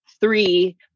three